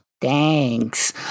Thanks